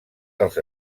dels